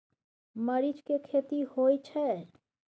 मरीच के खेती होय छय?